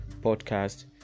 podcast